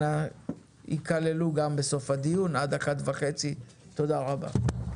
אנא יכללו גם בסוף הדיון עד 13:30. תודה רבה.